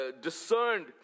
discerned